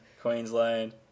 Queensland